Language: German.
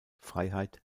freiheit